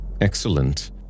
Excellent